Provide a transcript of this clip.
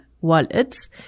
wallets